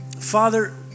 Father